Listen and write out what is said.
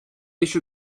issue